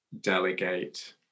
delegate